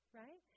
right